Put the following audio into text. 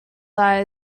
eye